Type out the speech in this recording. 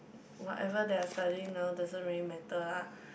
whatever that I studying now doesn't really matter lah